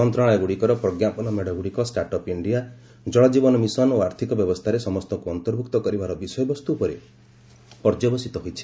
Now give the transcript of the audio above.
ମନ୍ତ୍ରଣାଳୟଗୁଡ଼ିକର ପ୍ରଜ୍ଞାପନ ମେଡ଼ଗୁଡ଼ିକ start up India ଜଳଜୀବନ mission ଓ ଆର୍ଥକ ବ୍ୟବସ୍ଥାରେ ସମସ୍ତଙ୍କୁ ଅନ୍ତର୍ଭୁକ୍ତ କରିବାର ବିଷୟବସ୍ତୁ ଉପରେ ପର୍ଯ୍ୟବସିତ ହୋଇଛି